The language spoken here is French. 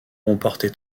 remporté